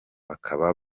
bakaba